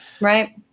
Right